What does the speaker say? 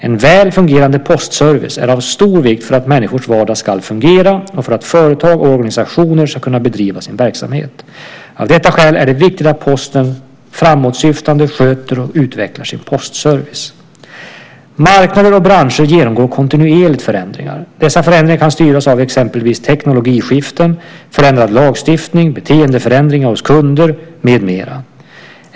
En väl fungerande postservice är av stor vikt för att människors vardag ska fungera och för att företag och organisationer ska kunna bedriva sin verksamhet. Av detta skäl är det viktigt att Posten framåtsyftande sköter och utvecklar sin postservice. Marknader och branscher genomgår kontinuerligt förändringar. Dessa förändringar kan styras av exempelvis teknologiskiften, förändrad lagstiftning, beteendeförändringar hos kunder med mera.